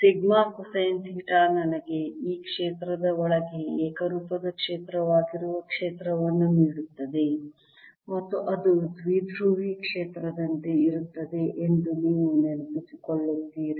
sigma cosine theta ನನಗೆ ಈ ಕ್ಷೇತ್ರದ ಒಳಗೆ ಏಕರೂಪದ ಕ್ಷೇತ್ರವಾಗಿರುವ ಕ್ಷೇತ್ರವನ್ನು ನೀಡುತ್ತದೆ ಮತ್ತು ಅದು ದ್ವಿಧ್ರುವಿ ಕ್ಷೇತ್ರದಂತೆ ಇರುತ್ತದೆ ಎಂದು ನೀವು ನೆನಪಿಸಿಕೊಳ್ಳುತ್ತೀರಿ